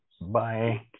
Bye